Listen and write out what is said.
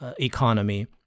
economy